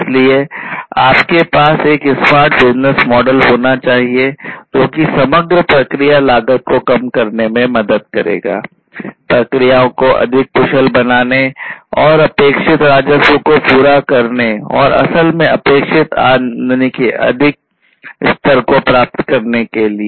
इसलिए आपके पास एक स्मार्ट बिजनेस मॉडल होना चाहिए जो कि समग्र प्रक्रिया लागत को कम करने में मदद करेगा प्रक्रियाओं को अधिक कुशल बनाने और अपेक्षित राजस्व को पूरा करने और असल में अपेक्षीत आमदनी से अधिक प्राप्त करने के लिए